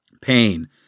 pain